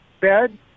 bed